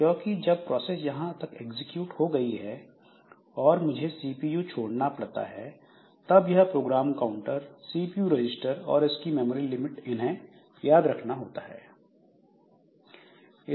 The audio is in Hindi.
क्योंकि जब प्रोसेस यहां तक एग्जीक्यूट हो गई है और मुझे सीपीयू छोड़ना पड़ता है तब यह प्रोग्राम काउंटर सीपीयू रजिस्टर और इसकी मेमोरी लिमिट इनहैं याद रखना होता है